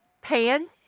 pan